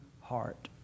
heart